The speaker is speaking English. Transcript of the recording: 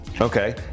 Okay